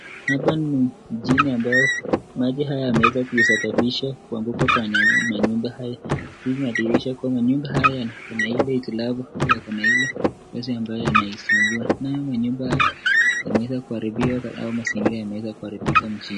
Hapa ni mjini ambayo maji haya yameweza kuisababisha kuanguka kwa manyumba haya ikiwa na madirisha. Manyumba haya kuna ile club na kuna ile basi ambayo anaisumbua manyumba ameweza kuharibika.